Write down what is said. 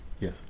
Yes